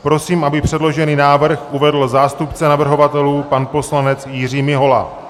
Prosím, aby předložený návrh uvedl zástupce navrhovatelů pan poslanec Jiří Mihola.